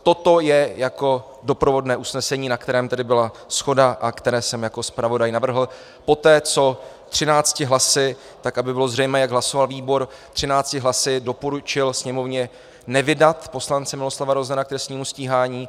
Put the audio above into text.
Toto je jako doprovodné usnesení, na kterém tedy byla shoda a které jsem jako zpravodaj navrhl poté, co třinácti hlasy aby bylo zřejmé, jak hlasoval výbor třinácti hlasy doporučil Sněmovně nevydat poslance Miloslava Roznera k trestnímu stíhání.